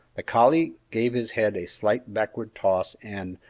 the collie gave his head a slight backward toss, and,